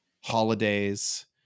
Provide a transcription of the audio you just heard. holidays